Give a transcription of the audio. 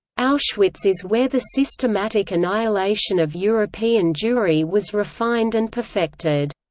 auschwitz is where the systematic annihilation of european jewry was refined and perfected.